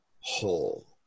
whole